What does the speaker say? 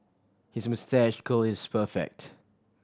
his moustache curl is perfect